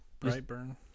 Brightburn